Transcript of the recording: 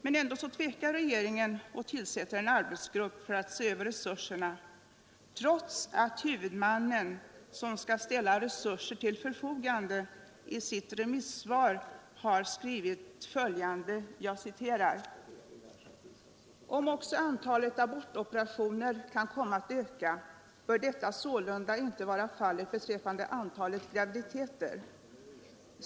Men ändå tvekar regeringen och tillsätter en arbetsgrupp för att se över resurserna trots att huvudmannen som skall ställa resurser till förfogande i sitt remissvar har skrivit följande: ”Om också antalet abortoperationer kan komma att öka, bör detta sålunda inte vara fallet beträffande antalet graviditeter.